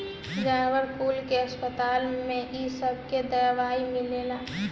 जानवर कुल के अस्पताल में इ सबके दवाई मिलेला